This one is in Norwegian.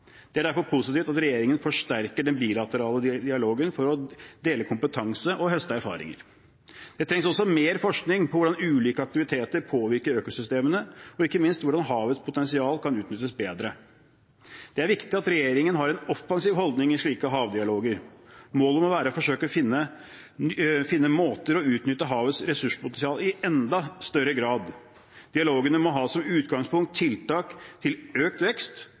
Det er derfor positivt at regjeringen forsterker den bilaterale dialogen for å dele kompetanse og høste erfaringer. Det trengs også mer forskning på hvordan ulike aktiviteter påvirker økosystemene, og ikke minst hvordan havets potensial kan utnyttes bedre. Det er viktig at regjeringen har en offensiv holdning i slike havdialoger. Målet må være å forsøke å finne måter å utnytte havets ressurspotensial på i enda større grad. Dialogene må ha som utgangspunkt tiltak for økt vekst